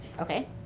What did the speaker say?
Okay